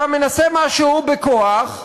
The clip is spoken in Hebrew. אתה מנסה משהו בכוח,